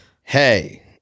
Hey